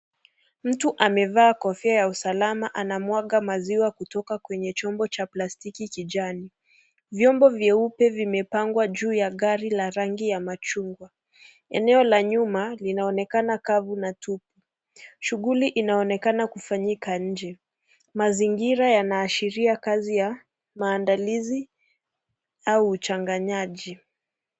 Mtu amevaa kofia ya usalama anamwaga maziwa kutoka kwenye chombo cha plastiki kijani. Vyombo vyeupe vimepangwa juu ya gari la rangi ya machungwa. Eneo la nyuma linaonekana kavu na tupu. Shughuli inaonekana kufanyika nje. Mazingira yanaashiria kazi ya maandalizi au uchanganyaji.